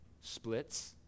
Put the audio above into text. splits